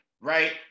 Right